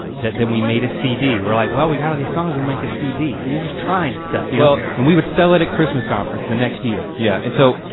that then we made a cd, we're like, well, we got all the songs will make a cd, we're just trying stuff, yeah and we would sell it at christmas conference the next year. yeah, and so,